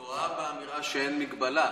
את טועה באמירה שאין הגבלה.